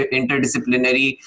interdisciplinary